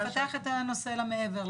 לפתח את הנושא למעבר,